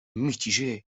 mitigé